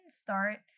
start